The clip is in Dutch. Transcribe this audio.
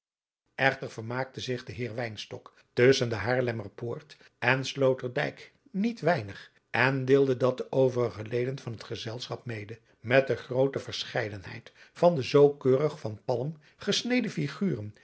echter vermaakte zich de heer wynstok tusschen de haarlemmerpoort en sloterdijk niet weinig en deelde dat de overige leden van het gezelschap mede met de groote verscheidenheid van de zoo keurig van palm gesneden figuren